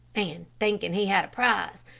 and, thinking he had a prize,